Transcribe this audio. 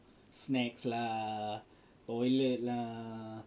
snacks lah toilet lah